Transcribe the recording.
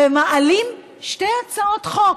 ומעלה שתי הצעות חוק.